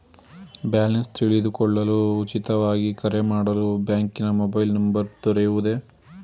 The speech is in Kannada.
ಬ್ಯಾಲೆನ್ಸ್ ತಿಳಿದುಕೊಳ್ಳಲು ಉಚಿತವಾಗಿ ಕರೆ ಮಾಡಲು ಬ್ಯಾಂಕಿನ ಮೊಬೈಲ್ ನಂಬರ್ ದೊರೆಯುವುದೇ?